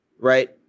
right